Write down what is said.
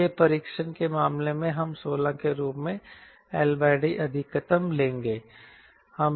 इसलिए परीक्षण के मामले में हम 16 के रूप में LD अधिकतम लेंगे